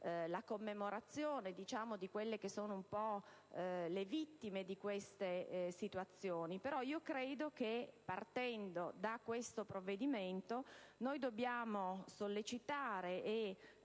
la commemorazione delle vittime di queste situazioni. Però io credo che, partendo da questo provvedimento, noi dobbiamo sollecitare e